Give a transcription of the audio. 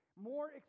more